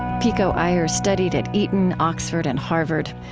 pico iyer studied at eton, oxford, and harvard.